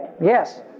Yes